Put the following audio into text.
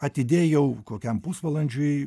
atidėjau kokiam pusvalandžiui